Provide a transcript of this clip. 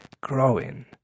growing